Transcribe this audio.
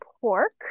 pork